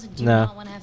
No